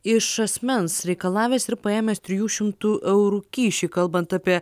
iš asmens reikalavęs ir paėmęs trijų šimtų eurų kyšį kalbant apie